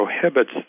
prohibits